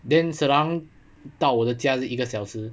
then serdang 到我的家是一个小时